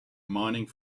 mining